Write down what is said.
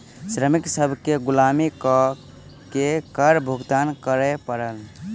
श्रमिक सभ केँ गुलामी कअ के कर भुगतान करअ पड़ल